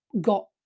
got